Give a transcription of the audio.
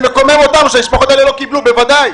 זה מקומם אותנו שהמשפחות הללו לא קיבלו, בוודאי.